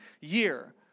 year